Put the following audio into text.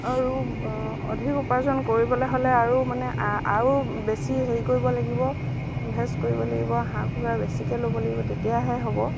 আৰু অধিক উপাৰ্জন কৰিবলৈ হ'লে আৰু মানে আৰু বেছি হেৰি কৰিব লাগিব ইনভেষ্ট কৰিব লাগিব হাঁহ কুকুৰা বেছিকৈ ল'ব লাগিব তেতিয়াহে হ'ব